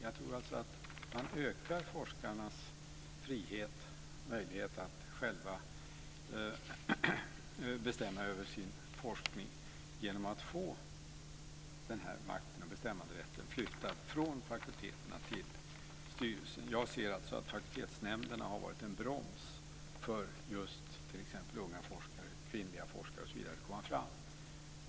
Jag tror att man ökar forskarnas frihet och möjlighet att själva bestämma över sin forskning genom att få makten och bestämmanderätten flyttad från fakulteterna till styrelsen. Jag ser att fakultetsnämnderna har varit en broms för t.ex. unga kvinnliga forskare att komma fram.